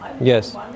Yes